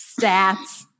Stats